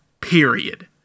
Period